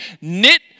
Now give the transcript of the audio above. knit